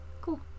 Cool